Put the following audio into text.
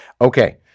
Okay